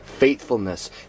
faithfulness